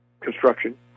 construction